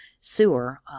sewer